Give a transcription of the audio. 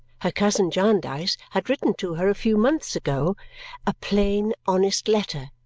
her cousin jarndyce had written to her a few months ago a plain, honest letter,